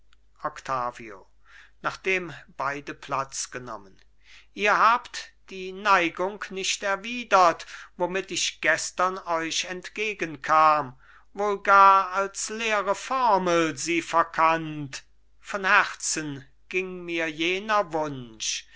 nachdem beide platz genommen ihr habt die neigung nicht erwidert womit ich gestern euch entgegenkam wohl gar als leere formel sie verkannt von herzen ging mir jener wunsch